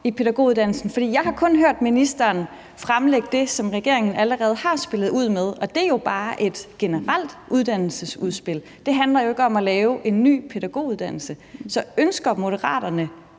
i pædagoguddannelsen. For jeg har kun hørt ministeren fremlægge det, som regeringen allerede har spillet ud med, og det er jo bare et generelt uddannelsesudspil. Det handler ikke om at lave en ny pædagoguddannelse. Så ønsker Moderaterne